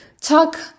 talk